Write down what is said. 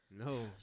No